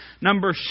number